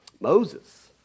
Moses